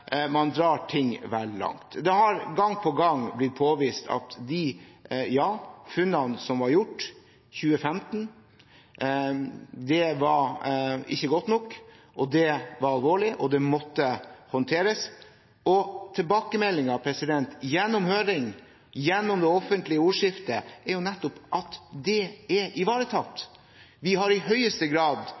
man drar ting vel langt. Ja, det har gang på gang blitt påvist i forbindelse med funnene som ble gjort i 2015, at det ikke var godt nok. Det var alvorlig og måtte håndteres. Tilbakemeldingene gjennom høringer og gjennom det offentlige ordskiftet er nettopp at det er ivaretatt. Vi har i høyeste grad